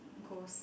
ghost